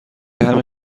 همین